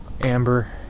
Amber